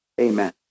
Amen